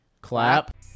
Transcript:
clap